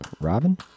Robin